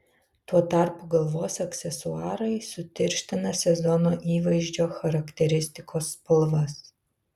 tuo tarpu galvos aksesuarai sutirština sezono įvaizdžio charakteristikos spalvas